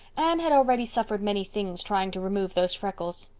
anne had already suffered many things trying to remove those freckles.